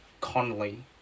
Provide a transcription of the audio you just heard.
Conley